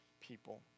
people